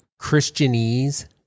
Christianese